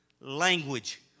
language